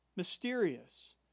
Mysterious